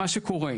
מה קורה,